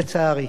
לצערי,